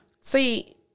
See